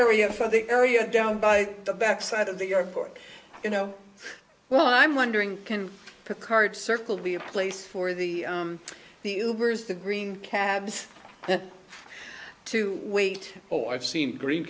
area for the area down by the backside of the airport you know well i'm wondering can picard circle be a place for the movers the green cabs to wait oh i've seen green